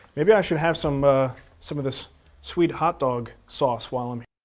maybe i should have some some of this sweet hot dog sauce while i'm.